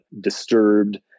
disturbed